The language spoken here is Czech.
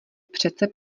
přece